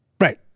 Right